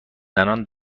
زنان